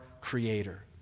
creator